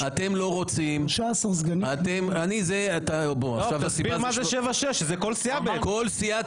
שבעה-שישה והשנייה היא הסכמה של כל סיעות